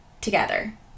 together